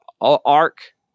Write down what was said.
arc